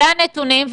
זה הנתונים.